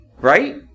right